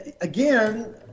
again